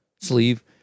sleeve